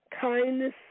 kindness